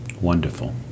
Wonderful